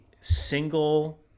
single